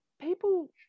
people